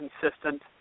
consistent